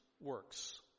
works